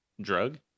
drug